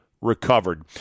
recovered